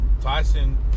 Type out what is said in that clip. Tyson